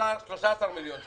מלווה עולים 13 מיליון.